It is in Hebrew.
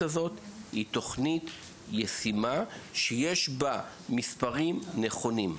הזאת היא תוכנית ישימה שיש בה מספרים נכונים.